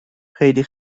خیلی